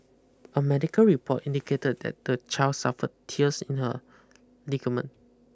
a medical report indicated that the child suffered tears in her ligament